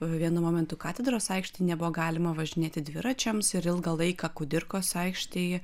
vienu momentu katedros aikštėj nebuvo galima važinėti dviračiams ir ilgą laiką kudirkos aikštėj